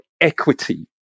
equity